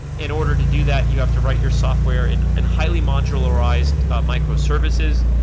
in order to do that, you have to write your software in and highly modularized microservices.